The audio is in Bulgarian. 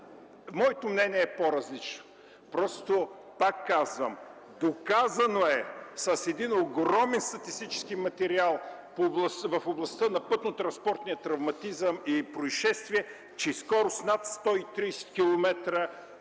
Моето мнение е по-различно. Пак казвам: доказано е с огромен статистически материал в областта на пътнотранспортния травматизъм и произшествия, че скорост над 130 км